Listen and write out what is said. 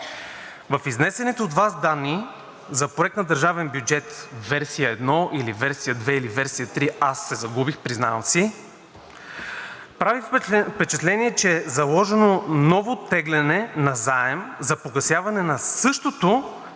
В изнесените от Вас данни за Проект на държавен бюджет, версия 1 или версия 2, или версия 3, аз се загубих, признавам си, прави впечатление, че е заложено ново теглене на заем за погасяване на същото